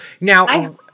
now